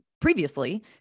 previously